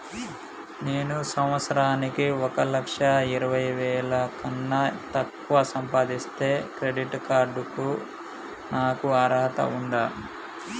నేను సంవత్సరానికి ఒక లక్ష ఇరవై వేల కన్నా తక్కువ సంపాదిస్తే క్రెడిట్ కార్డ్ కు నాకు అర్హత ఉందా?